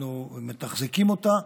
אנחנו מתחזקים אותה,